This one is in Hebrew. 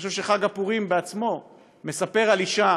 אני חושב שחג הפורים בעצמו מספר על אישה